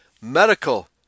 medical